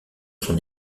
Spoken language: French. son